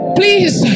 please